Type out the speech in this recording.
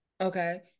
Okay